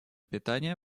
питания